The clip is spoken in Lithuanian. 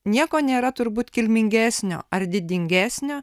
nieko nėra turbūt kilmingesnio ar didingesnio